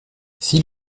six